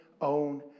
own